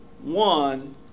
one